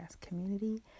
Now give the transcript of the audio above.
community